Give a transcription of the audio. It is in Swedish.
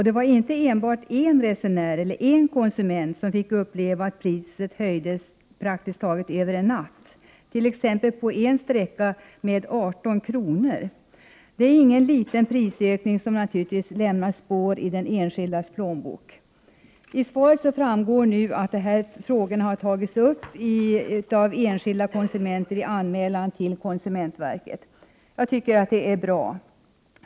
Det är inte bara en resenär, dvs. en konsument, som har fick uppleva att priset höjdes snart sagt över en natt — "på en sträcka t.ex. med 18 kr. Det är ingen liten prisökning, och den lämnar naturligtvis spår i den enskildes plånbok. 17 Av svaret framgår det att dessa frågor har tagits upp av enskilda konsumenter i anmälningar till konsumentverket. Jag tycker att det är bra.